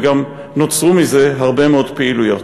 וגם נוצרו מזה הרבה מאוד פעילויות.